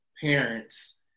parents